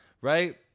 right